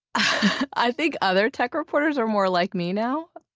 i think other tech reporters are more like me now.